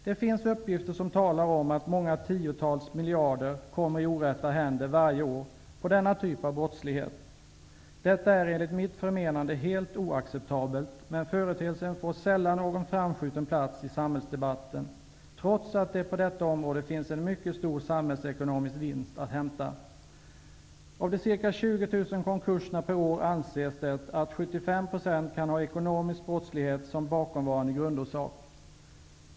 Det finns uppgifter som talar om att många tiotals miljarder kommer i orätta händer varje år genom denna typ av brottslighet. Detta är enligt mitt förmenande helt oacceptabelt, men företeelsen får sällan någon framskjuten plats i samhällsdebatten, trots att det på detta område finns en mycket stor samhällsekonomisk vinst att hämta. Av de ca 20 000 konkurserna per år anses det att 75 % kan ha ekonomisk brottslighet som bakomvarande grundorsak.